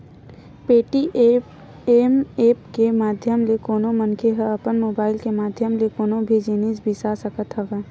Paytm app के माधियम ले कोनो मनखे ह अपन मुबाइल के माधियम ले कोनो भी जिनिस बिसा सकत हवय